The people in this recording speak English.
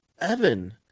Evan